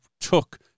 took